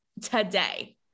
today